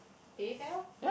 they eat pair lor